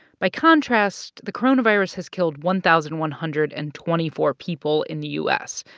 by contrast, the coronavirus has killed one thousand one hundred and twenty four people in the u s.